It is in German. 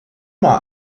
mal